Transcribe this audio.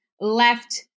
left